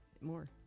more